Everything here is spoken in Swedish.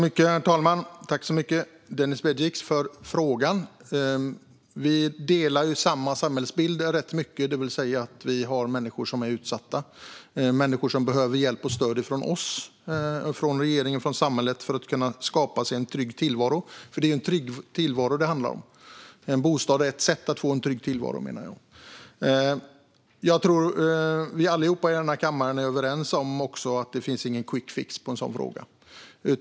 Herr talman! Jag tackar Denis Begic för frågan. Jag och Denis Begic har en rätt liknande samhällsbild. Det finns människor som är utsatta och som behöver hjälp och stöd från regeringen och samhället för att kunna skapa sig en trygg tillvaro. Det är ju en trygg tillvaro som det handlar om, och jag menar att en bostad är ett sätt att få en trygg tillvaro. Jag tror att alla i denna kammare är överens om att det inte finns någon quickfix i denna fråga.